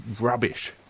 rubbish